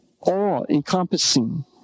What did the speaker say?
all-encompassing